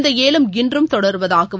இந்த ஏலம் இன்றும் தொடருவதாகவும்